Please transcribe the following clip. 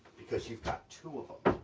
because you've got two of em.